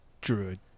Druid